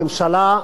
הממשלה,